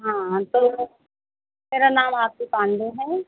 हाँ हाँ सारे लोग मेरा नाम आशू पाण्डेय है